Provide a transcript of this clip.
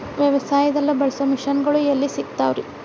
ವ್ಯವಸಾಯದಲ್ಲಿ ಬಳಸೋ ಮಿಷನ್ ಗಳು ಎಲ್ಲಿ ಸಿಗ್ತಾವ್ ರೇ?